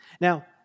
Now